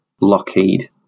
Lockheed